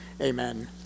Amen